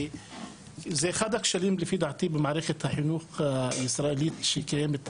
זה אחד הכשלים לדעתי במערכת החינוך הישראלית שקיימת היום,